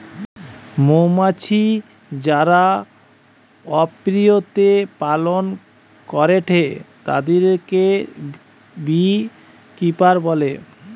মৌমাছি যারা অপিয়ারীতে পালন করেটে তাদিরকে বী কিপার বলে